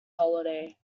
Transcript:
holiday